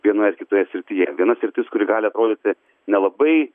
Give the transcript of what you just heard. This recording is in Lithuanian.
vienoje ar kitoje srityje viena sritis kuri gali atrodyti nelabai